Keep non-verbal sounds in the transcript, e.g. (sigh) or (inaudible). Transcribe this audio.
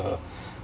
uh (breath)